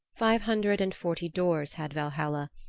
five hundred and forty doors had valhalla,